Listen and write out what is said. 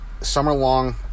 summer-long